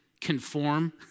conform